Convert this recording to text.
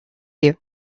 you